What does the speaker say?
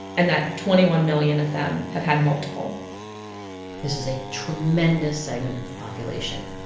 and that twenty one million of them have had multiple this is a tremendous segment of the population.